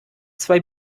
zwei